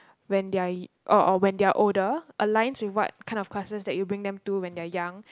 when they are u~ or or when they are older aligns with what kind of classes that you bring them to when they are young